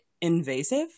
invasive